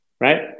right